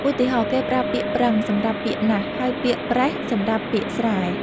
ឧទាហរណ៍ គេប្រើពាក្យ "ប្រឹង" សម្រាប់ពាក្យ "ណាស់" ហើយពាក្យ "ប្រេះ" សម្រាប់ពាក្យ "ស្រែ"។